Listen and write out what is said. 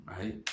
right